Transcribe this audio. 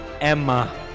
Emma